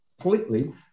completely